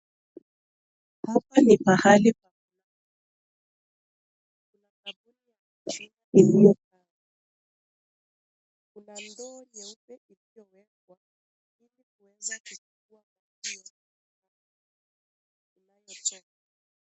Hapa ni pahali pa. Kuna kaburi ya mchanga iliyokaa. Kuna ndoo nyeupe iliyowekwa ili kuweza kuchukua maji yaliyotoka. Yanayotoka.